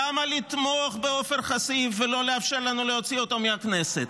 למה לתמוך בעופר כסיף ולא לאפשר לנו להוציא אותו מהכנסת?